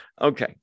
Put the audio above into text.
Okay